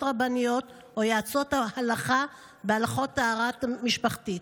רבניות או יועצות הלכה בהלכות טהרה משפחתית.